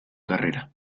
carrera